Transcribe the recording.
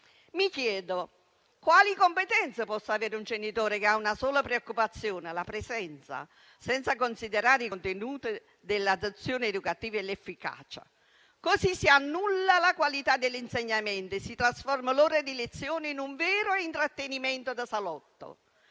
Mi chiedo quali competenze possa avere un genitore che ha una sola preoccupazione - la presenza - senza considerare i contenuti dell'azione educativa e la sua efficacia. Si annulla così la qualità dell'insegnamento e si trasformano le ore di lezione in un vero intrattenimento da salotto,